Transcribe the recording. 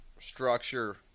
structure